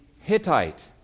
Hittite